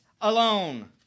alone